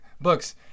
books